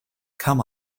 come